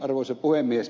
arvoisa puhemies